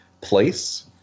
place